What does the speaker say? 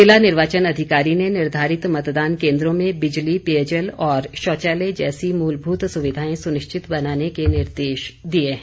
ज़िला निर्वाचन अधिकारी ने निर्धारित मतदान केंद्रों में बिजली पेयजल और शौचालय जैसी मूलभूत सुविधाएं सुनिश्चित बनाने के निर्देश दिए हैं